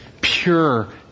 pure